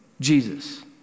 Jesus